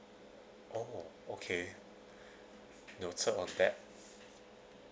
oh okay noted on that